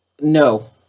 No